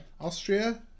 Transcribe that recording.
Austria